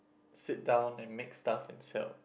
sit down and make stuff and sell